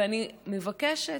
ואני מבקשת,